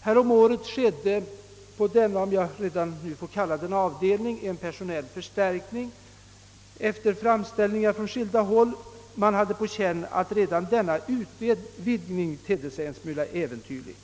Häromåret skedde, efter framstälningar från skilda håll, en personalförstärkning på denna avdelning, om man nu kan kalla det så; man hade på känn att redan denna utvidgning då tedde sig en smula äventyrlig.